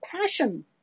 passion